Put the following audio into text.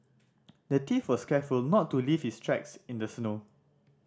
the thief was careful not to leave his tracks in the snow